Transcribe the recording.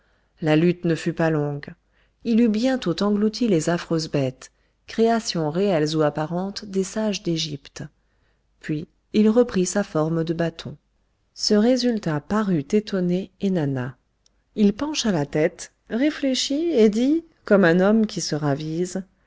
la lutte ne fut pas longue il eut bientôt englouti les affreuses bêtes créations réelles ou apparentes des sages d'égypte puis il reprit sa forme de bâton ce résultat parut étonner ennana il pencha la tête réfléchit et dit comme un homme qui se ravise